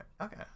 Okay